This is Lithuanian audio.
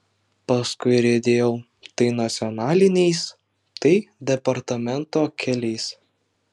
paskui riedėjau tai nacionaliniais tai departamento keliais